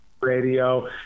radio